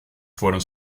fueron